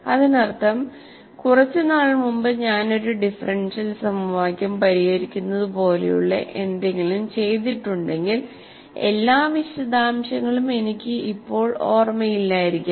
അതിനർത്ഥം കുറച്ച് നാൾ മുമ്പ് ഞാൻ ഒരു ഡിഫറൻഷ്യൽ സമവാക്യം പരിഹരിക്കുന്നതുപോലെയുള്ള എന്തെങ്കിലും ചെയ്തിട്ടുണ്ടെങ്കിൽ എല്ലാ വിശദാംശങ്ങളും എനിക്ക് ഇപ്പോൾ ഓർമ്മയില്ലായിരിക്കാം